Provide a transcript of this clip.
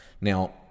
Now